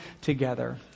together